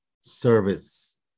service